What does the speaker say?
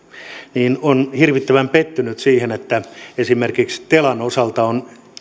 että olen hirvittävän pettynyt siihen että esimerkiksi telan osalta on